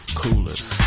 coolest